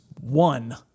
one